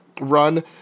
run